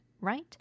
right